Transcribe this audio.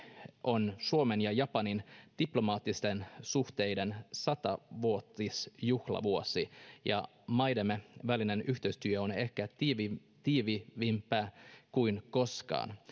on suomen ja japanin diplomaattisten suhteiden sata vuotisjuhlavuosi ja maidemme välinen yhteistyö on ehkä tiiviimpää kuin koskaan